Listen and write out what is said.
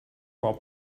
while